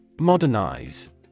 Modernize